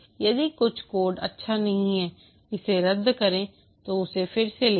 यदि कुछ कोड अच्छा नहीं है इसे रद्द करें तो उसे फिर से लिखें